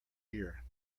ear